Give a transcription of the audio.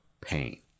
pain